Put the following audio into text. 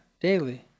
daily